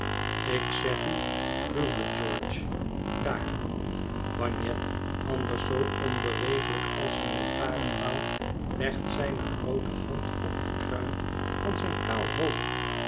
ik zeg u gruwelijk george daar i bagnet anders zoo onbeweeglijk als oen lantarenpaal legt zijne groote hand op de kruin van zijn kaal hoofd